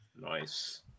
Nice